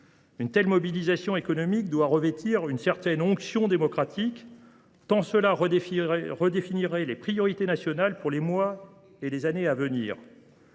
Une telle mobilisation économique doit revêtir une certaine onction démocratique, tant elle redéfinirait les priorités nationales pour les mois et les années à venir.